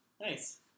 Nice